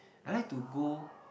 I like to go